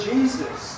Jesus